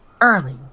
early